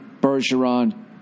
bergeron